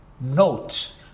note